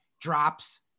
drops